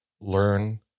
learn